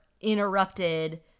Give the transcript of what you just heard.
interrupted